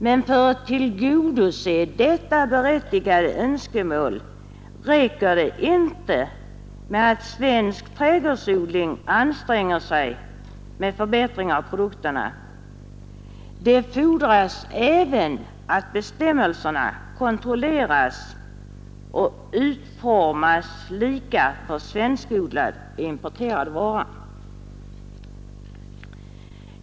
Men för att tillgodose detta berättigade önskemål räcker det inte med att den svenska trädgårdsodlingen anstränger sig med förbättring av produkterna. Det fordras även att bestämmelserna utformas lika för svenskodlad och importerad vara och att efterlevnaden kontrolleras.